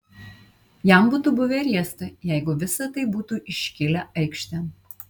jam būtų buvę riesta jeigu visa tai būtų iškilę aikštėn